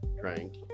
drank